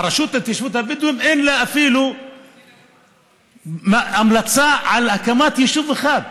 לרשות להתיישבות הבדואים אין המלצה אפילו על הקמת יישוב אחד.